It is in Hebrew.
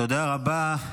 תודה רבה.